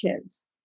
kids